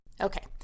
Okay